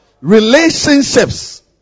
relationships